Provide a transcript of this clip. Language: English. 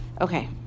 Okay